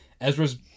Ezra's